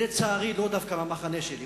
ולצערי לא דווקא מהמחנה שלי,